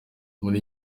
muri